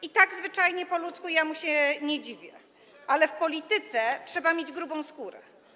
I tak zwyczajnie, po ludzku ja mu się nie dziwię, ale w polityce trzeba mieć grubą skórę.